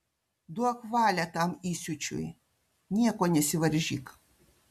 duok valią tam įsiūčiui nieko nesivaržyk